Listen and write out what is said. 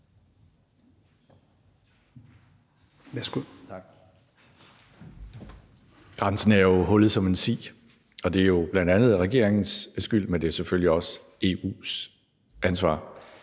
Grænsen er jo hullet som en si, og det er bl.a. regeringens skyld, men det er selvfølgelig også EU's ansvar.